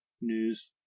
news